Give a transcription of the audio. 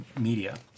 media